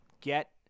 get